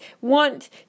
want